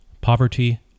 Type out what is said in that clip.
poverty